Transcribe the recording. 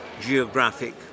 geographic